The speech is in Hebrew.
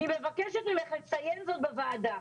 אני מבקשת ממך לציין זאת בוועדה.